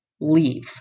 leave